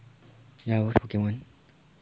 ya I watch pokemon